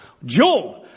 Job